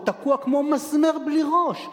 הוא תקוע כמו מסמר בלי ראש.